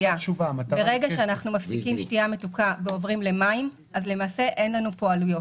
ברגע שאנחנו מפסיקים שתייה מתוקה ועוברים למים למעשה אין לנו פה עלויות.